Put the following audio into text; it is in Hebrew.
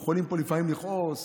יכולים פה לפעמים לכעוס.